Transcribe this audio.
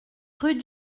rue